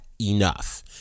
enough